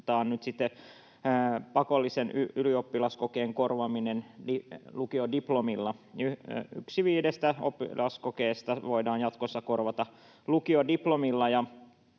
sitten pakollisen ylioppilaskokeen korvaaminen lukiodiplomilla, niin yksi viidestä oppilaskokeesta voidaan jatkossa korvata lukiodiplomilla.